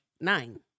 nine